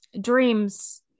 dreams